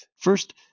First